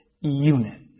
unit